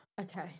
Okay